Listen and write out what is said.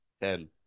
Ten